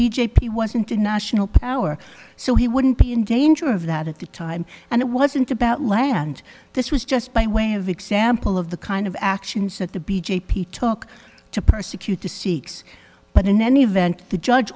b j p wasn't a national power so he wouldn't be in danger of that at the time and it wasn't about land this was just by way of example of the kind of actions that the b j p took to persecute the sikhs but in any event the judge